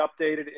updated